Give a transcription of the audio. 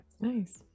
Nice